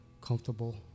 comfortable